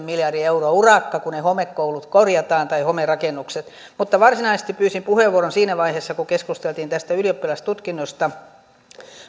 miljardin euron urakka kun ne homekoulut tai homerakennukset korjataan mutta varsinaisesti pyysin puheenvuoron siinä vaiheessa kun keskusteltiin tästä ylioppilastutkinnosta